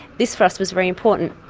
this for us was very important.